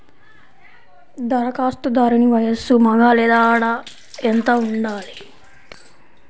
ధరఖాస్తుదారుని వయస్సు మగ లేదా ఆడ ఎంత ఉండాలి?